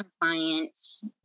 compliance